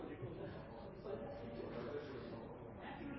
de kanskje kunne